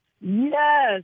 Yes